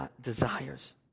desires